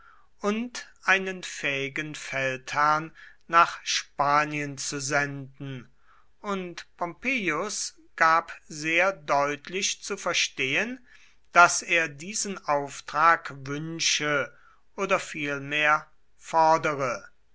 und einen fähigen feldherrn nach spanien zu senden und pompeius gab sehr deutlich zu verstehen daß er diesen auftrag wünsche oder vielmehr fordere